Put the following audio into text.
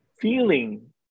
feeling